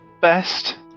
best